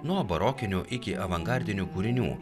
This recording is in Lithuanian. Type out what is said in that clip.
nuo barokinių iki avangardinių kūrinių